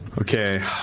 Okay